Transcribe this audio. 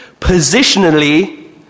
positionally